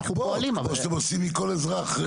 כמו שאתם עושים מכל אזרח.